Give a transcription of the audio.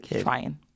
trying